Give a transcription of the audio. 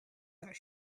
that